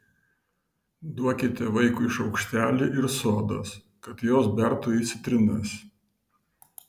duokite vaikui šaukštelį ir sodos kad jos bertų į citrinas